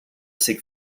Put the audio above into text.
seek